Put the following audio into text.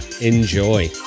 enjoy